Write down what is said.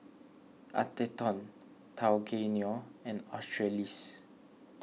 Atherton Tao Kae Noi and Australis